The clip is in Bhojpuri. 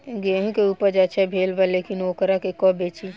गेहूं के उपज अच्छा भेल बा लेकिन वोकरा के कब बेची?